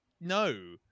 no